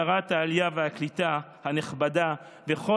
גם לשרת העלייה והקליטה הנכבדה ולכל